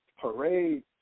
parade